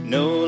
no